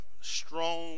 strong